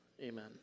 Amen